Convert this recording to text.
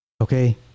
Okay